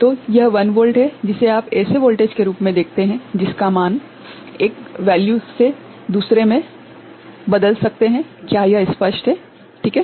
तो यह 1 वोल्ट है जिसे आप ऐसे वोल्टेज के रूप में देखते हैं जिसका मान एक मान से दूसरे में बदल सकते हैं क्या यह स्पष्ट है ठीक है